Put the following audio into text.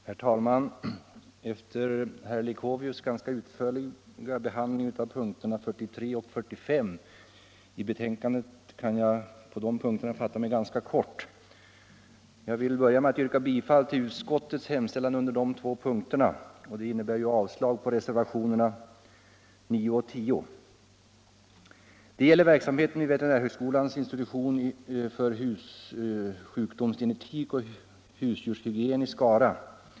Herr talman! Efter herr Leuchovius ganska utförliga behandling av punkterna 43 och 45 i betänkandet kan jag beträffande dessa fatta mig ganska kort. Jag vill börja med att yrka bifall till utskottets hemställan under dessa två punkter, dvs. avslag på reservationerna 9 och 10. Det gäller verksamheten vid Skaraavdelningen av veterinärhögskolans institution för sjukdomsgenetik och husdjurshygien.